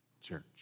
church